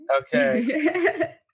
Okay